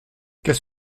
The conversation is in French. qu’est